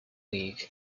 league